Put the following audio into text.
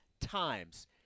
times